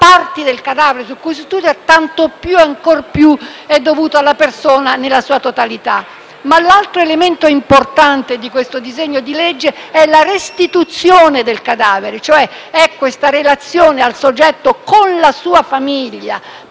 parti del cadavere su cui si studia, ancor più è dovuto alla persona nella sua totalità. L'altro elemento importante di questo disegno di legge è la restituzione del cadavere, cioè la relazione del soggetto con la sua famiglia,